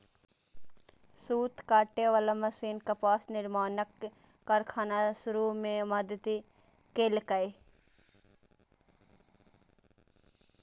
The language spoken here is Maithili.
सूत काटे बला मशीन कपास निर्माणक कारखाना शुरू मे मदति केलकै